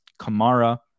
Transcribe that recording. Kamara